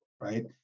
right